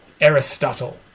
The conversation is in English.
Aristotle